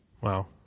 Wow